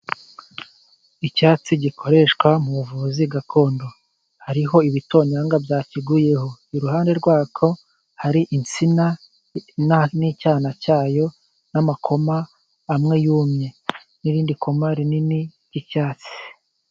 Icyatsi gikoreshwa mu buvuzi gakondo hariho ibitonyanga bya kiguyeho. Iruhande rwacyo hari insina n'icyana cyayo, n'amakoma amwe yumye, n'irindi koma rinini ry'icyatsi.